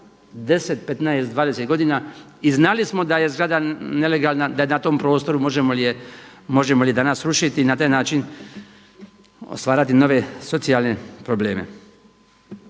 10, 15, 20 godina i znali smo da je zgrada nelegalna, da je na tom prostoru, možemo li je danas srušiti i na taj način stvarati nove socijalne probleme.